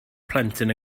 plentyn